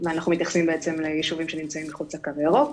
ואנחנו מתייחסים בעצם ליישובים שנמצאים מחוץ לקו הירוק